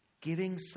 Giving